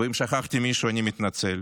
ואם שכחתי מישהו אני מתנצל;